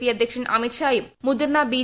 P അധ്യക്ഷൻ അമിത് ഷായും മുതിർന്ന ബി